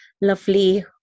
lovely